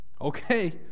Okay